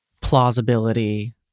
plausibility